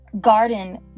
garden